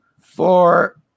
four